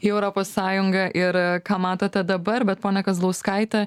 į europos sąjungą ir ką matote dabar bet ponia kazlauskaite